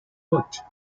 vote